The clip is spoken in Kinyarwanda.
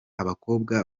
abakobwa